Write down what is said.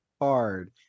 hard